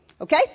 Okay